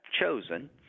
chosen